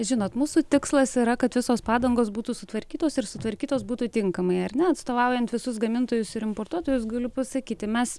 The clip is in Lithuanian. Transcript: žinot mūsų tikslas yra kad visos padangos būtų sutvarkytos ir sutvarkytos būtų tinkamai ar ne atstovaujant visus gamintojus ir importuotojus galiu pasakyti mes